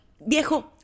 viejo